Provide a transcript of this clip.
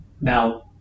now